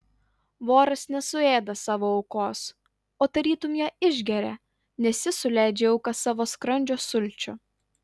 voras nesuėda savo aukos o tarytum ją išgeria nes jis suleidžia į auką savo skrandžio sulčių